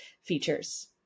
features